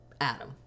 adam